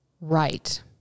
Right